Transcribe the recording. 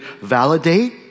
validate